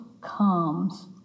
comes